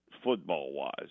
football-wise